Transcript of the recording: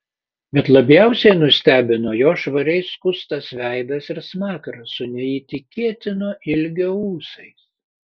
bet labiausiai nustebino jo švariai skustas veidas ir smakras su neįtikėtino ilgio ūsais